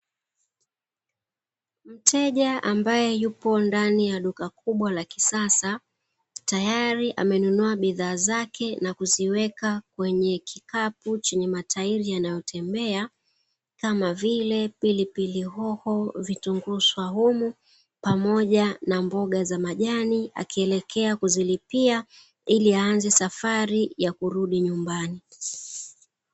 Mteja ambaye yupo ndai ya duka kubwa la kisasa, tayari amenunua bidhaa zake na kuziweka kwenye kikapu chenye matairi yanayotembea, kama vile: pilipili hoho, vitunguu swaumu pamoja na mboga za majani; akielekea kuzilipia ili aanze safari ya kurudi nyumbani.